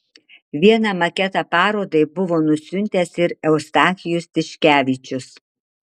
vieną maketą parodai buvo nusiuntęs ir eustachijus tiškevičius